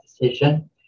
decision